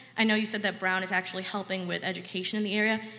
i know you said that brown is actually helping with education in the area.